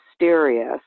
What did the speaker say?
mysterious